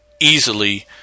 easily